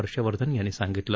हर्षवर्धन यांनी सांगितलं